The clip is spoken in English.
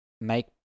make